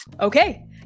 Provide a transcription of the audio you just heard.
Okay